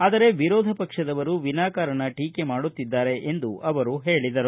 ಆದರೆ ವಿರೋಧ ಪಕ್ಷದವರು ವಿನಾಕಾರಣ ಟೀಕೆ ಮಾಡುತ್ತಿದ್ದಾರೆ ಎಂದು ಹೇಳಿದರು